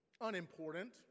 unimportant